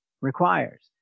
requires